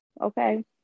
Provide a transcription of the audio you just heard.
Okay